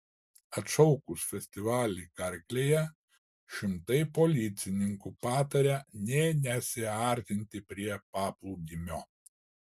atšaukus festivalį karklėje šimtai policininkų pataria nė nesiartinti prie paplūdimio